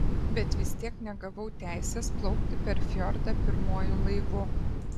bet vis tiek negavau teisės plaukti per fjordą pirmuoju laivu